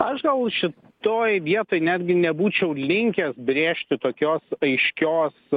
aš gal šitoj vietoj netgi nebūčiau linkęs brėžti tokios aiškios